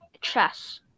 Chess